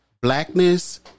blackness